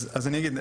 אז אני אגיד,